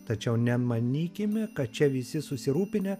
tačiau nemanykime kad čia visi susirūpinę